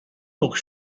pour